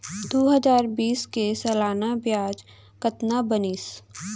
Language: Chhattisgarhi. दू हजार बीस के सालाना ब्याज कतना बनिस?